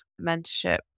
mentorship